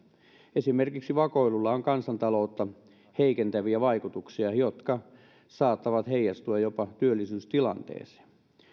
esimerkiksi vakoilulla on kansantaloutta heikentäviä vaikutuksia jotka saattavat heijastua jopa työllisyystilanteeseen